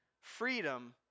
freedom